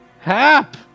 Hap